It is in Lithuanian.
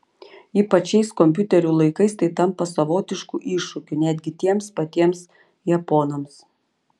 ypač šiais kompiuterių laikais tai tampa savotišku iššūkiu netgi tiems patiems japonams